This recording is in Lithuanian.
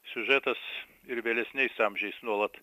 siužetas ir vėlesniais amžiais nuolat